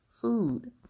Food